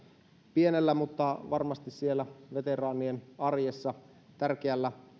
pienellä mutta varmasti siellä veteraanien arjessa tärkeällä